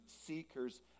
seekers